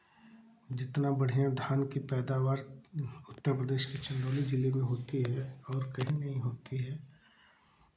जितना बढ़ियाँ धान की पैदावार उत्तर प्रदेश की चंदौली जिले में होती है और कहीं नहीं होती है